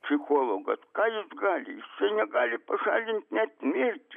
psichologas ką jis gali jisai negali pašalint net mirtį